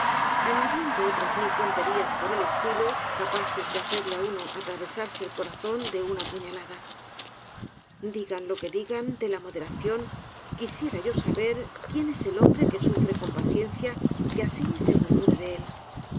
añadiendo otras mil tonterías por el estilo capaces de hacerle á uno atravesarse el corazón de una puñalada digan lo que digan de la moderación quisiera yo saber quién es el hombre que sufre con paciencia que asi se murmure de él